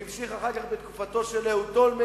וזה נמשך אחר כך בתקופתו של אהוד אולמרט,